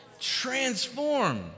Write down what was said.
Transform